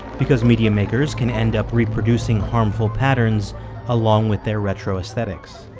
because media makers can end up reproducing harmful patterns along with their retro aesthetics.